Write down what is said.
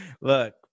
Look